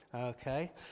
okay